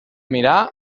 mirar